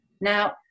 Now